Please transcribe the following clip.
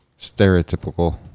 stereotypical